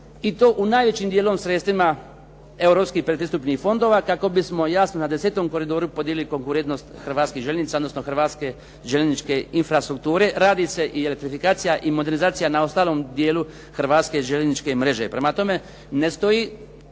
i to u najvećim djelom sredstvima europskih predpristupnih fondova kako bismo jasno na 10 koridoru …/Govornik se ne razumije./… konkurentnost hrvatskih željeznica, odnosno hrvatske željezničke infrastrukture. Radi se i ratifikacija i modernizacija na ostalom dijelu hrvatske željezničke mreže. Prema tome, ne stoji